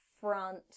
front